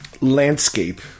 landscape